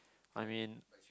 I mean